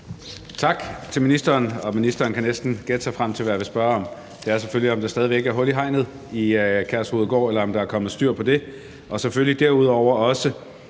Tak til ministeren, og ministeren kan næsten gætte sig til, hvad jeg vil spørge om; det er selvfølgelig, om der stadig væk er hul i hegnet ved Kærshovedgård, eller om der er kommet styr på det, og derudover